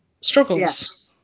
struggles